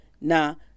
now